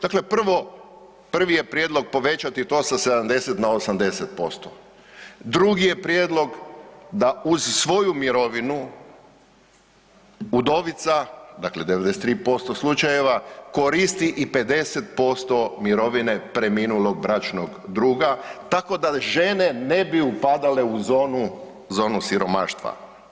Dakle, prvi je prijedlog povećati to sa 70 na 80%, drugi je prijedlog da uz svoju mirovinu udovica, dakle 93% slučajeva koristi i 50% mirovine preminulog bračnog druga tako da žene ne bi upadale u zonu siromaštva.